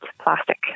plastic